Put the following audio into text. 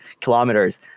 kilometers